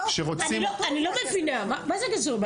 אני לא מבינה, מה זה "הכסף זורם"?